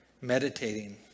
meditating